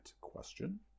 question